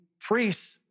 priests